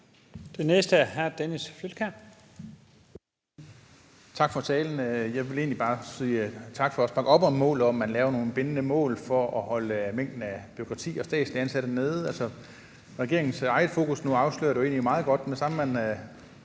Kl. 13:26 Dennis Flydtkjær (DD): Tak for talen. Jeg vil egentlig bare sige tak for også at bakke op om målet om, at man laver nogle bindende mål for at holde mængden af bureaukrati og statsligt ansatte nede. Regeringens eget fokus afslører jo egentlig meget godt, at med